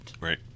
Right